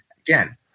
Again